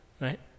right